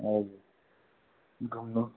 हजुर घुम्नु